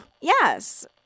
Yes